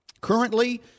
Currently